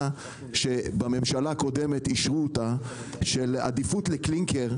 שבממשלה הקודמת אישרו אותה של עדיפות לקלינקר,